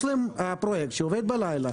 יש להם פרויקט שעובד בלילה.